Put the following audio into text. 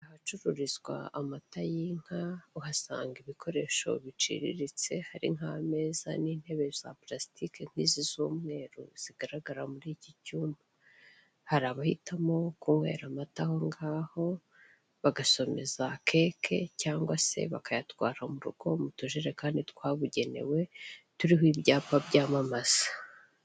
Hari ahacururizwa amata y'inka uhasanga ibikoresho biciriritse hari nk'ameza n'intebe za purasitiki nk'izi z'umweru zigaragara muri iki cyumba, hari abahitamo kunywera amata aho ngaho, bagasomeza keke cyangwa se bakayatwara mu rugo mu tujerekani twabugenewe turiho ibyapa byamamaza.